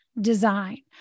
design